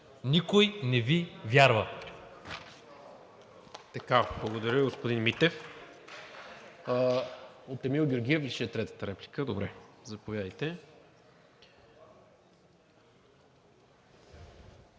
Никой не Ви вярва!